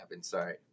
Sorry